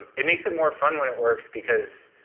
it makes it more fun when it works, because